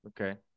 Okay